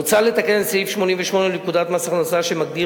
מוצע לתקן את סעיף 88 לפקודת מס הכנסה שמגדיר